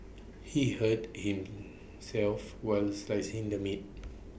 he hurt himself while slicing the meat